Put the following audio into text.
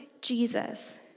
Jesus